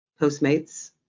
Postmates